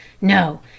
No